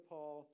Paul